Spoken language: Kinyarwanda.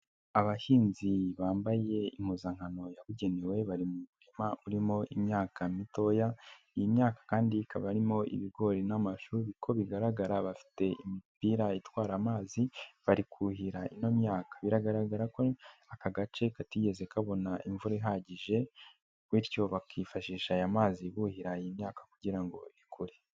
Abahinzi bambaye impuzankano yabugenewe bari mu murima urimo imyaka mitoya, iyi myaka kandi ikaba imo ibigori n'amashuri, uko bigaragara bafite imipira itwara amazi bari kuhira ino myaka, biragaragara ko aka gace katigeze kabona imvura ihagije bityo bakifashisha aya mazi buhira iyi myaka kugira ngo ikure.